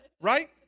Right